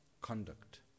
conduct